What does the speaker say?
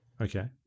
Okay